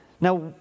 Now